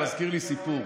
אתה מזכיר לי סיפור.